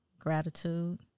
gratitude